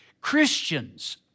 Christians